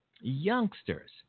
youngsters